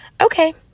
Okay